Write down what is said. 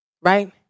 Right